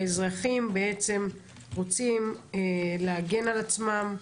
האזרחים בעצם רוצים להגן על עצמם.